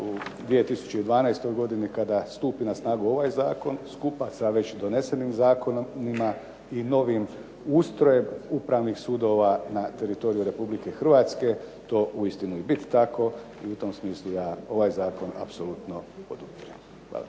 u 2012. godini kada stupi na snagu ovaj zakon, skupa sa već donesenim zakonom i novim ustrojem upravnih sudova na teritoriju Republike Hrvatske to uistinu i biti tako, i u tom smislu ja ovaj zakon apsolutno podupirem. Hvala